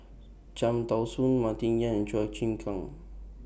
Cham Tao Soon Martin Yan Chua Chim Kang